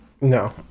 No